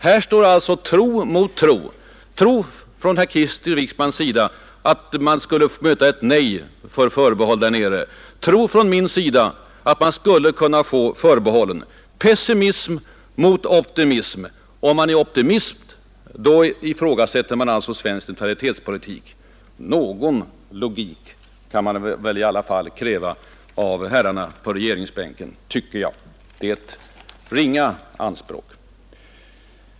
Här står alltså tro mot tro — tro från herr Krister Wickmans sida att man skulle i EEC möta ett nej till förbehåll, tro från min sida att man skulle kunna få förbehåll. Pessimism mot optimism alltså. Den som är optimist skulle alltså ifrågasätta svensk neutralitetspolitik men inte pessimisten. Någon logik kan man väl i alla fall kräva av herrarna på regeringsbänken, tycker jag. Det är ett ringa anspråk.